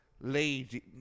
lady